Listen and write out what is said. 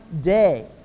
day